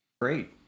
Great